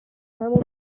همو